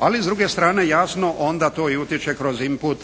Ali s druge strane jasno onda to i utječe kroz input